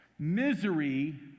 Misery